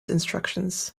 instructions